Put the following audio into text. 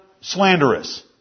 slanderous